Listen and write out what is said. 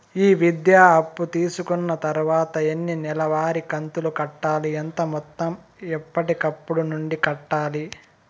ఈ విద్యా అప్పు తీసుకున్న తర్వాత ఎన్ని నెలవారి కంతులు కట్టాలి? ఎంత మొత్తం ఎప్పటికప్పుడు నుండి కట్టాలి?